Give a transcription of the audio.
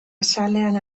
azalean